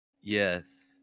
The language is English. Yes